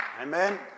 Amen